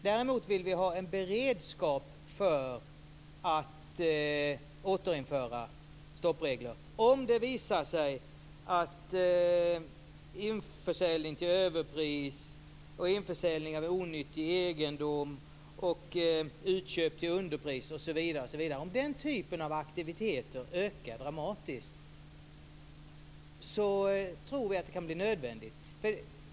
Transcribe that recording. Däremot vill vi ha en beredskap för att återinföra stoppregler om det visar sig att införsäljning till överpris, införsäljning av onyttig egendom och utköp till underpris och andra sådana aktiviteter ökar dramatiskt. Då tror vi att det kan bli nödvändigt.